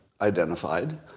identified